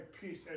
peace